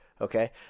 Okay